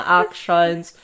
actions